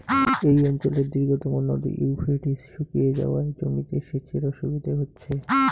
এই অঞ্চলের দীর্ঘতম নদী ইউফ্রেটিস শুকিয়ে যাওয়ায় জমিতে সেচের অসুবিধে হচ্ছে